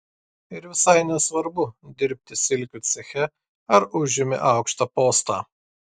ir visai nesvarbu dirbi silkių ceche ar užimi aukštą postą